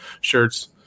shirts